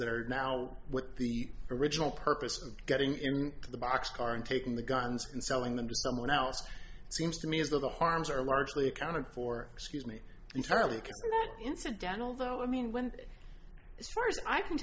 are now what the original purpose of getting in the box car and taking the guns and selling them to someone else seems to me as though the harms are largely accounted for excuse me entirely incidental though i mean when as far as i can